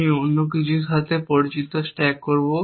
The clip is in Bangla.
আমি অন্য কিছুর সাথে পরিচিত স্ট্যাক করব